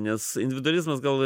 nes individualizmas gal